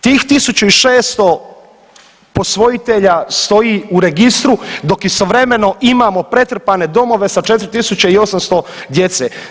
Tih 1.600 posvojitelja stoji u registru dok istovremeno imamo pretrpane domove sa 4.800 djece.